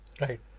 right